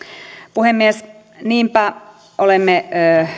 puhemies niinpä olemme